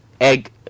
egg